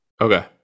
Okay